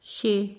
ਛੇ